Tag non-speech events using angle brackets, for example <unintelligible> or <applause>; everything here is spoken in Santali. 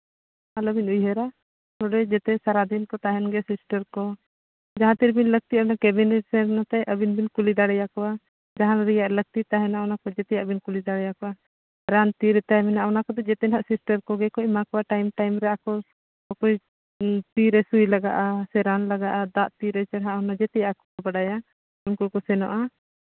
ᱟᱞᱚᱵᱤᱱ ᱩᱭᱦᱟᱹᱨᱟ ᱱᱚᱰᱮ ᱡᱟᱛᱮ ᱥᱟᱨᱟᱫᱤᱱ ᱠᱚ ᱛᱟᱦᱮᱱ ᱜᱮᱭᱟ ᱥᱤᱥᱴᱟᱨ ᱠᱚ ᱡᱟᱦᱟᱸ ᱛᱤ ᱨᱮᱵᱮᱱ ᱞᱟᱹᱠᱛᱤᱭᱟᱜᱼᱟ ᱩᱱ ᱫᱚ ᱠᱮᱵᱤᱱ ᱨᱮ ᱥᱮᱱ ᱠᱟᱛᱮᱫ ᱟᱹᱵᱤᱱ ᱵᱤᱱ ᱠᱩᱞᱤ ᱫᱟᱲᱮᱭᱟᱠᱚᱣᱟ ᱡᱟᱦᱟᱱ ᱨᱮᱭᱟᱜ ᱞᱟᱹᱠᱛᱤ ᱛᱟᱦᱮᱱᱟ ᱚᱱᱟ ᱠᱚ ᱡᱮᱛᱮᱭᱟᱜ ᱵᱮᱱ ᱠᱩᱞᱤ ᱫᱟᱲᱮᱭᱟᱠᱚᱣᱟ ᱨᱟᱱ ᱛᱤ ᱨᱮᱛᱟᱭ ᱢᱮᱱᱟᱜᱼᱟ ᱚᱱᱟ ᱠᱚᱫᱚ ᱡᱮᱛᱮ ᱦᱟᱸᱜ ᱥᱤᱥᱴᱟᱨ ᱠᱚᱜᱮ ᱠᱚ ᱮᱢᱟ ᱠᱚᱣᱟ ᱴᱟᱭᱤᱢ ᱴᱟᱭᱤᱢ ᱨᱮ ᱟᱠᱚ ᱚᱠᱚᱭ ᱛᱤᱨᱮ ᱥᱩᱭ ᱞᱟᱜᱟᱜᱼᱟ ᱥᱮ ᱨᱟᱱ ᱞᱟᱜᱟᱜᱼᱟ ᱫᱟᱜ ᱛᱤᱨᱮ <unintelligible> ᱡᱮᱛᱮᱭᱟᱜ ᱠᱚ ᱵᱟᱰᱟᱭᱟ ᱩᱱᱠᱩ ᱠᱚ ᱥᱮᱱᱚᱜᱼᱟ